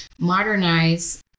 modernize